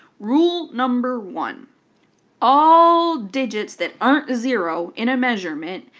rule number one all digits that aren't zero in a measurement,